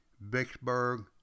Vicksburg